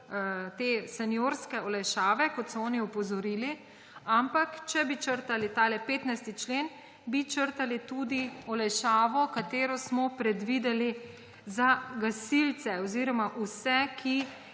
seniorske olajšave, kot so oni opozorili, če bi črtali 15. člen, bi črtali tudi olajšavo, ki smo jo predvideli za gasilce oziroma vse, ki